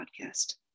podcast